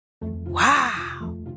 Wow